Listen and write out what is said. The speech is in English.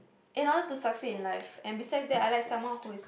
in order to succeed in life and besides that I like someone who is